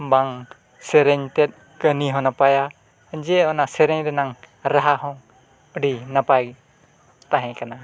ᱵᱟᱝ ᱥᱮᱨᱮᱧ ᱛᱮᱫ ᱠᱟᱹᱦᱱᱤ ᱦᱚᱸ ᱱᱟᱯᱟᱭᱟ ᱡᱮ ᱚᱱᱟ ᱥᱮᱨᱮᱧ ᱨᱮᱱᱟᱜ ᱨᱟᱦᱟ ᱦᱚᱸ ᱟᱹᱰᱤ ᱱᱟᱯᱟᱭ ᱛᱟᱦᱮᱸ ᱠᱟᱱᱟ